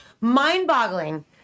mind-boggling